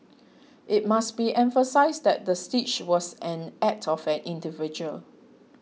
it must be emphasised that the siege was an act of an individual